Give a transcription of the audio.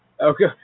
Okay